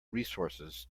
resources